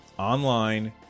online